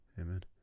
amen